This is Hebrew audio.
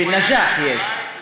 בא-נג'אח יש.